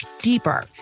deeper